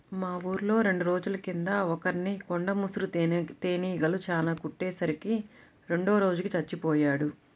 మా ఊర్లో రెండు రోజుల కింద ఒకర్ని కొండ ముసురు తేనీగలు చానా కుట్టే సరికి రెండో రోజుకి చచ్చిపొయ్యాడు